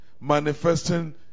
Manifesting